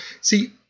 See